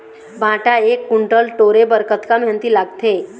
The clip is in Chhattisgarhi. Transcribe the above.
भांटा एक कुन्टल टोरे बर कतका मेहनती लागथे?